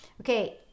Okay